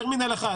טרמינל 1,